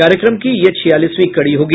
कार्यक्रम की यह छियालीसवीं कड़ी होगी